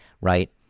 right